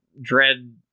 Dread